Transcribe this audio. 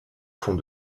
font